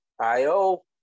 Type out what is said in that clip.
I-O